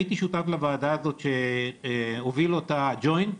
הייתי שותף לוועדה הזאת שהוביל אותה הג'וינט.